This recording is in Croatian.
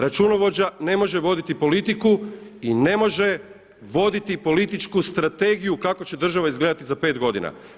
Računovođa ne može voditi politiku i ne može voditi političku strategiju kako će država izgledati za pet godina.